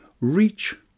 Reach